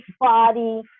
body